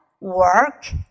work